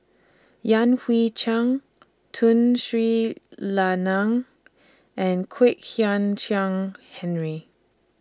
Yan Hui Chang Tun Sri Lanang and Kwek Hian Chuan Henry